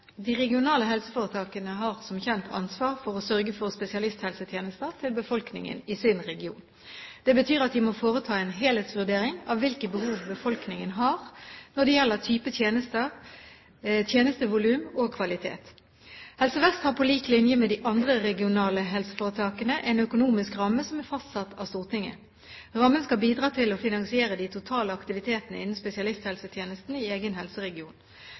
regionale helseforetakene har som kjent ansvar for å sørge for spesialisthelsetjenester til befolkningen i sin region. Det betyr at de må foreta en helhetsvurdering av hvilke behov befolkningen har når det gjelder type tjenester, tjenestevolum og kvalitet. Helse Vest har, på lik linje med de andre regionale helseforetakene, en økonomisk ramme som er fastsatt av Stortinget. Rammen skal bidra til å finansiere de totale aktivitetene innen spesialisthelsetjenesten i egen helseregion.